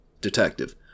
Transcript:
Detective